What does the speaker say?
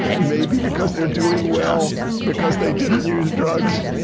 maybe because they're doing well because they didn't use drugs,